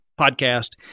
podcast